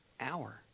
hour